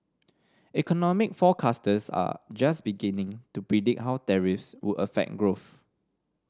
economic forecasters are just beginning to predict how tariffs would affect growth